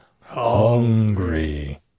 hungry